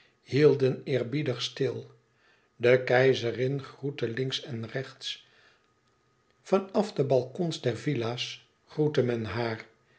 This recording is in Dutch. hielden eerbiedig stil de keizerin groette links en rechts van af de balkons der villa's groette men haar